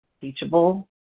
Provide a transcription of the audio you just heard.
teachable